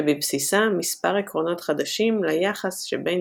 שבבסיסה מספר עקרונות חדשים ליחס שבין